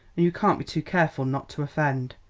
and you can't be too careful not to offend.